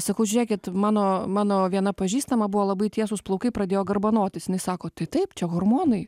sakau žiūrėkit mano mano viena pažįstama buvo labai tiesūs plaukai pradėjo garbanotis jinai sako tai taip čia hormonai